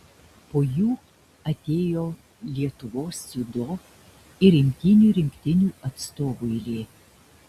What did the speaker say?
po jų atėjo lietuvos dziudo ir imtynių rinktinių atstovų eilė